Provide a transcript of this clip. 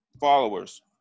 followers